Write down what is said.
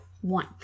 one